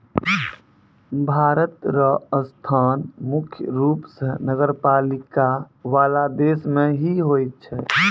भारत र स्थान मुख्य रूप स नगरपालिका वाला देश मे ही होय छै